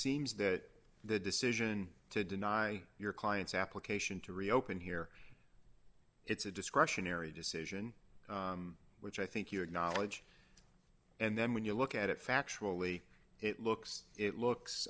seems that the decision to deny your client's application to reopen here it's a discretionary decision which i think your knowledge and then when you look at it factually it looks it looks